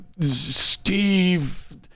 Steve